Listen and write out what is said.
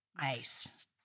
nice